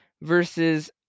versus